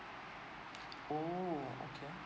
orh okay